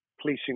policing